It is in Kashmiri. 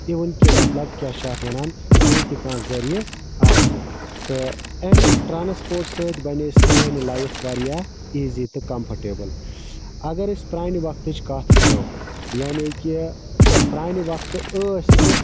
اِوٕن کہِ مَطلَب کیاہ چھِ اتھ وَنان بیٚیہِ تہِ کانٛہہ ذٔریعہِ آسہِ تہٕ امہِ ٹرانسپوٹ سۭتۍ بَنے سٲنٛۍ لایف واریاہ ایٖزی تہٕ کَمفٲٹیبٕل اگر أسۍ پرانہِ وقتٕچ کتھ کَرَو یعنے کہِ پرانہِ وقتہٕ ٲسۍ نہٕ